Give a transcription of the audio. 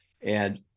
And-